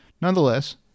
Nonetheless